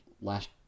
last